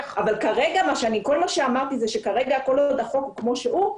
אבל כל מה שאמרתי זה שכרגע כל עוד החוק הוא כמו שהוא,